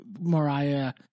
Mariah